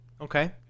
Okay